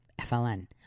FLN